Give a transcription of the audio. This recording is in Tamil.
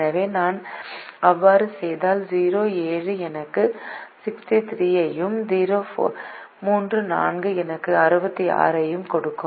எனவே நான் அவ்வாறு செய்தால் 0 7 எனக்கு 63 ஐயும் 3 4 எனக்கு 66 ஐயும் கொடுக்கும்